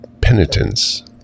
penitence